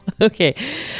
okay